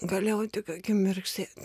galėjau tik akim mirksėt